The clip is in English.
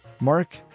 Mark